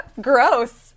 Gross